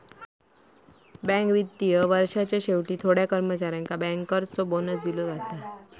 bank वित्तीय वर्षाच्या शेवटी थोड्या कर्मचाऱ्यांका बँकर्सचो बोनस दिलो जाता